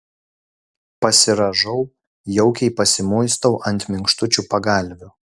pasirąžau jaukiai pasimuistau ant minkštučių pagalvių